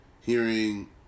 hearing